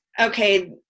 okay